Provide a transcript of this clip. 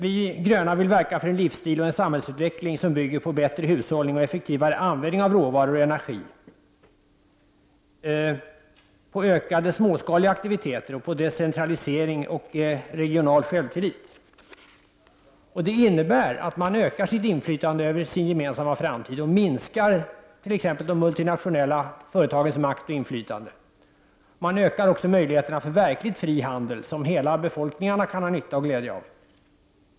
Vi gröna vill verka för en livsstil och en samhällsutveckling som bygger på bättre hushållning och effektivare användning av råvaror och energi, på ökade småskaliga aktiviteter och på decentralisering samt regional självtillit. Det innebär att man ökar sitt inflytande över den gemensamma framtiden och minskar t.ex. de multinationella företagens makt och inflytande. Man ökar också möjligheterna för en verkligt fri handel som hela befolkningen kan ha nytta och glädje av.